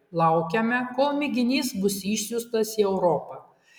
laukiame kol mėginys bus išsiųstas į europą